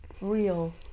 real